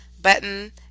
button